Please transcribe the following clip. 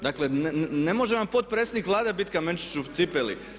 Dakle ne može vam potpredsjednik Vlade bit kamenčić u cipeli.